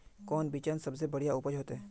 कौन बिचन सबसे बढ़िया उपज होते?